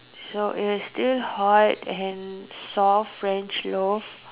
so is still hot and soft French loaf